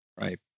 Right